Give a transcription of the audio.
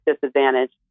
disadvantage